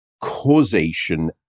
causation